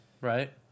Right